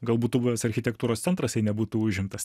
gal būtų buvęs architektūros centras jei nebūtų užimtas